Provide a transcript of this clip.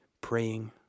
praying